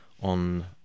on